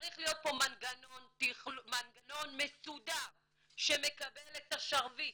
צריך להיות פה מנגנון מסודר שמקבל את השרביט